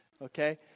okay